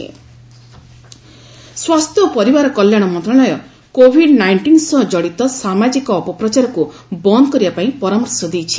ଗଭ୍ advisory ସ୍ୱାସ୍ଥ୍ୟ ଓ ପରିବାର କଲ୍ୟାଣ ମନ୍ତ୍ରଣାଳୟ କୋଭିଡ୍ ନାଇଷ୍ଟିନ୍ ସହ ଜଡ଼ିତ ସାମାଜିକ ଅପପ୍ରଚାରକୁ ବନ୍ଦ କରିବା ପାଇଁ ପରାମର୍ଶ ଦେଇଛି